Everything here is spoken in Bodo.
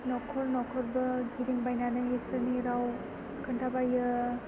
नखर नखरबो गिदिंबायनानै इसोरनि राव खिन्थाबायो